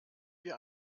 wir